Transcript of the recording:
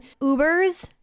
Ubers